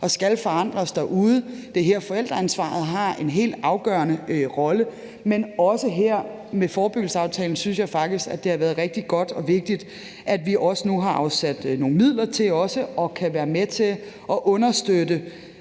og skal forandres derude. Det er her, forældreansvaret har en helt afgørende rolle, men også her med forebyggelsesaftalen synes jeg faktisk at det har været rigtig godt og vigtigt, at vi nu også har afsat nogle midler til også at kunne være med til at understøtte